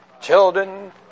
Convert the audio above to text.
children